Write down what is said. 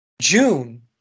June